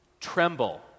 tremble